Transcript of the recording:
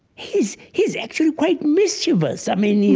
he's he's actually quite mischievous. i mean, yeah